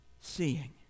seeing